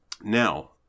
Now